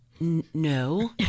no